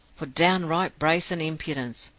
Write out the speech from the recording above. for downright brazen impudence,